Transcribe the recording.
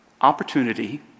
opportunity